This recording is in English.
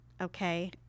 okay